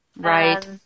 Right